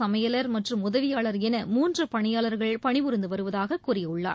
சமையலர் மற்றும் உதவியாளர் என மூன்று பணியாளர்கள் பணி புரிந்து வருவதாகக் கூறியுள்ளார்